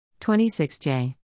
26J